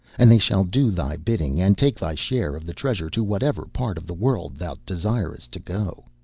and they shall do thy bidding and take thy share of the treasure to whatever part of the world thou desirest to go.